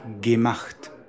Gemacht